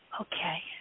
okay